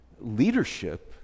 leadership